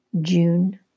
June